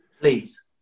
Please